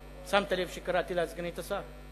שמת לב שקראתי לה: סגנית השר?